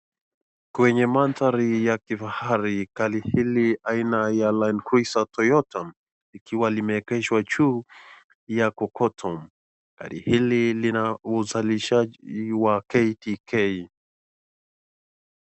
Kwenye maandhari ya kifahari gari hili aina ya land cruise toyota likiwa limeegeshwa juu ya sokoto. Gari hili lina usajilishaji wa KDK.